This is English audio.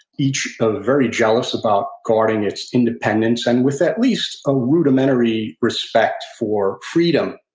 each very jealous about guarding its independence, and with at least a rudimentary respect for freedom.